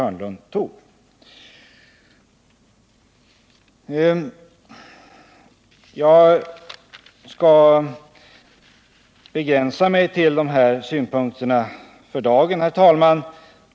Jag skall för dagen begränsa mig till de här synpunkterna.